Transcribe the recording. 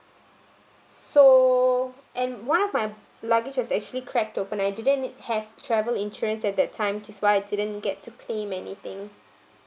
so and one of my luggage is actually crack opened I didn't need have travel insurance at that time which is why I didn't get to claim anything